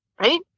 right